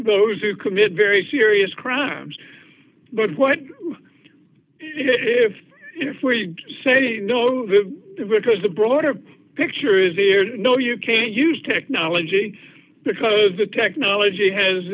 those who commit very serious crimes but what if if we say no to because the broader picture is there no you can't use technology because the technology has